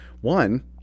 one